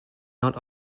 not